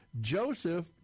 Joseph